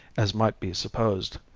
as might be supposed,